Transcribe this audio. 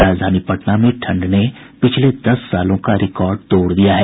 राजधानी पटना में ठंड ने पिछले दस सालों का रिकॉर्ड तोड़ दिया है